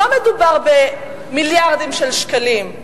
לא מדובר במיליארדים של שקלים.